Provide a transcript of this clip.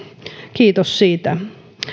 kiitos siitä